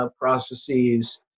processes